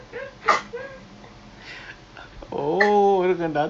ah a'ah lah agaknya vet I mean we don't know lah pasal career banyak